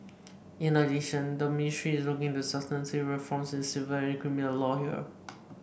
in addition the ministry is looking into substantive reforms in civil and criminal law here